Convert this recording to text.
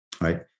right